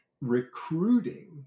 recruiting